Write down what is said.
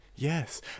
Yes